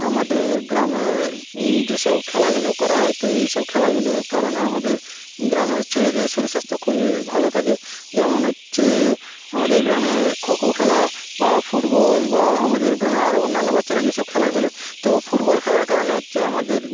আমাদের গ্রামে যে সব খেলাধুলো করা হয় তো এই সব খেলাধুলোর কারণে আমাদের গ্রামের ছেলেদের শরীর স্বাস্থ্য খুবই ভালো থাকে যেমন হচ্ছে আমাদের গ্রামে খোখো খেলা বা ফুটবল বা আমাদের গ্রামে আরো অন্যান্য বাচ্চারা যে সব খেলা খেলে তো ফুটবল খেলার কারণে হচ্ছে আমাদের